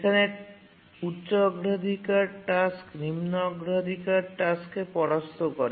এখানে উচ্চ অগ্রাধিকার টাস্ক নিম্ন অগ্রাধিকার টাস্ককে পরাস্ত করে